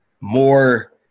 more